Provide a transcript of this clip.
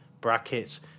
brackets